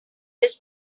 his